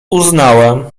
uznałem